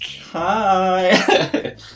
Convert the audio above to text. Hi